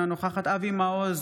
אינה נוכחת אבי מעוז,